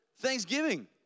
thanksgiving